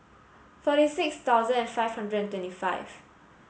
forty six thousand five hundred and twenty five